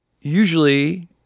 usually